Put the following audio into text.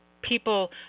people